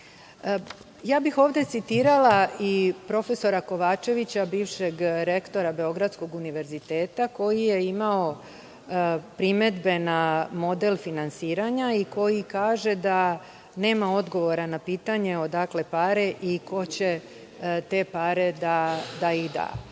bih citirala profesora Kovačevića, bivšeg rektora Beogradskog univerziteta, koji je imao primedbe na model finansiranja i koji kaže da nema odgovora na pitanje – odakle pare i ko će te pare da da?